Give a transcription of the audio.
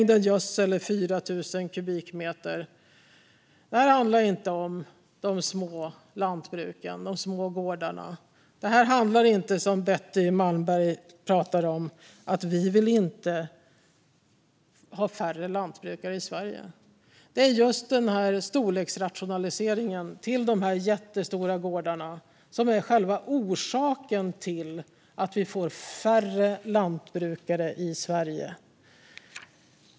Det här handlar inte om de små lantbruken, de små gårdarna. Det handlar inte om att vi vill ha färre lantbrukare i Sverige, som Betty Malmberg pratar om. Det är storleksrationaliseringen till de här jättestora gårdarna som är orsaken till att vi får färre lantbrukare i Sverige.